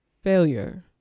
failure